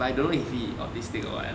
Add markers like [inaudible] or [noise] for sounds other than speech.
[coughs] but I don't know if he autistic or what